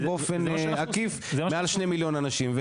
ובאופן עקיף מעל 2 מיליון אנשים,